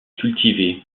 cultivée